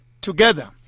Together